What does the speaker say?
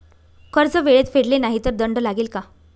कर्ज वेळेत फेडले नाही तर दंड लागेल का?